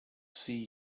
see